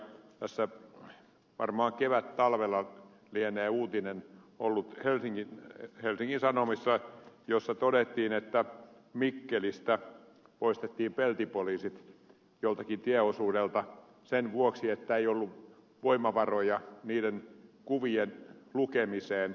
tässä varmaan kevättalvella lienee ollut helsingin sanomissa uutinen jossa todettiin että mikkelistä poistettiin peltipoliisit joltakin tieosuudelta sen vuoksi että ei ollut voimavaroja niiden kuvien lukemiseen